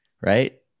right